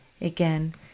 again